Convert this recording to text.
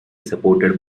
supported